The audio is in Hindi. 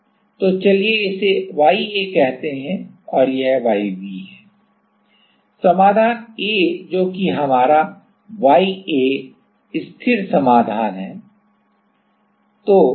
तो चलिए इसे ya कहते हैं और यह yb है समाधान A जो कि हमारा Ya स्थिर समाधान है